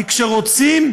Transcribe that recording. כי כשרוצים,